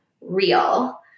real